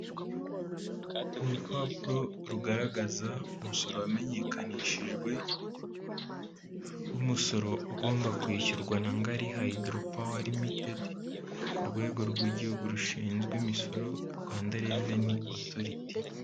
Urupapuro rugaragaza umusoro wamenyekanishijwe w'umusoro ugomba kwishyurwa na Ngari hydro power limited, ku rwego rw'igihugu rushinzwe imisoro Rwanda Revenue Authority.